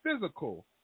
physical